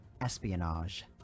espionage